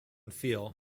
feel